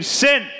sin